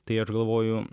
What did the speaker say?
tai aš galvoju